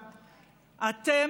הזאת.